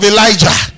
Elijah